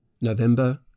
November